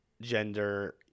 gender